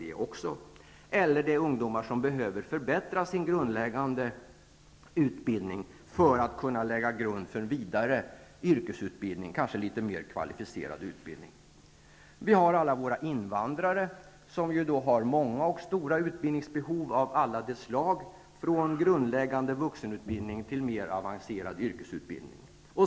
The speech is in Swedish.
Det finns även ungdomar som behöver förbättra sin grundläggande utbildning för att kunna lägga en grund för vidare, kanske litet mer kvalificerad yrkesutbildning. Alla våra invandrare har många och stora utbildningsbehov av alla de slag från grundläggande vuxenutbildning till mer avancerad yrkesutbildning.